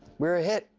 we're a hit.